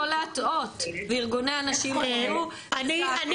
להטעות וארגוני הנשים האלו --- רגע,